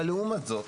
אבל לעומת זאת,